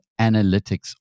Analytics